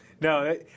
no